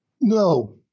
No